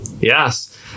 yes